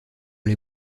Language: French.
les